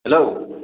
hello